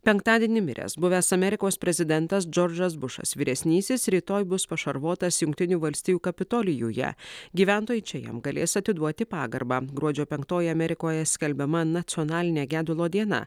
penktadienį miręs buvęs amerikos prezidentas džordžas bušas vyresnysis rytoj bus pašarvotas jungtinių valstijų kapitolijuje gyventojai čia jam galės atiduoti pagarbą gruodžio penktoji amerikoje skelbiama nacionaline gedulo diena